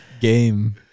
game